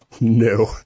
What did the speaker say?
No